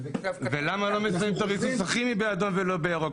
ולמה מסמנים את הריסוס הכימי באדום ולא בירוק?